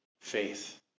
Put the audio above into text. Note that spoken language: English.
faith